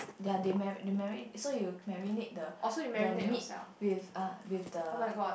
ya they mari~ they mari~ so you marinate the the meat with uh with the